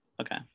Okay